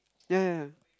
ya ya ya